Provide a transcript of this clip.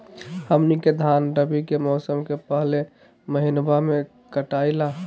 हमनी के धान रवि के मौसम के पहले महिनवा में कटाई ला